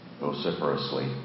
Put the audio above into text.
vociferously